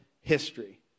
history